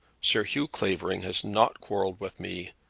sir hugh clavering has not quarrelled with me,